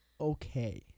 okay